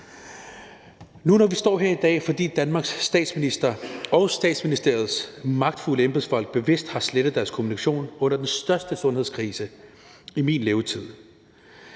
Vi står her i dag, fordi Danmarks statsminister og Statsministeriets magtfulde embedsfolk bevidst har slettet deres kommunikation under den største sundhedskrise i min levetid.